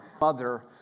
mother